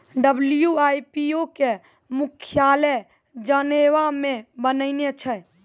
WIPO के मुख्यालय Geneva मे बनैने छै